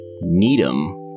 Needham